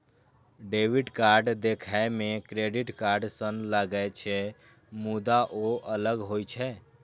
debit card देखै मे credit card सन लागै छै, मुदा ओ अलग होइ छै